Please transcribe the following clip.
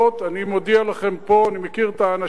אני מודיע לכם פה, אני מכיר את האנשים,